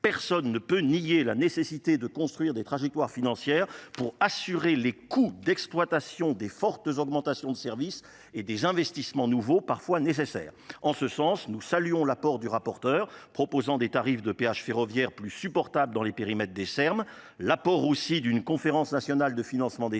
personne nee peut nier la nécessité de construire des trajectoires financières pour assurer les coûts d'exploitation des fortes augmentations de services et des investissements nouveaux parfois nécessaires en ce sens Nous saluons l'apport du rapporteur proposant des tarifs de péage ferroviaire plus supportables dans les périmètres des Serm, l'apport aussi d'une conférence nationale de financement des ermes